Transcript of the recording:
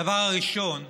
הדבר הראשון,